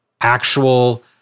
actual